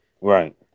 Right